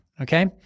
Okay